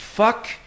fuck